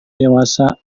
dewasa